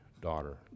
daughter